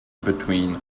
between